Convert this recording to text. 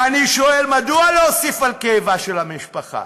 ואני שואל: מדוע להוסיף על כאבה של המשפחה?